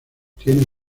tiene